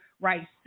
right